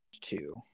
two